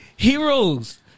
Heroes